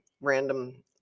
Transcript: random